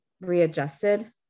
readjusted